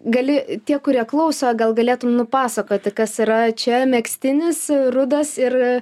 gali tie kurie klauso gal galėtum nupasakoti kas yra čia megztinis rudas ir